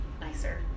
nicer